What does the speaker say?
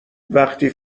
وقتی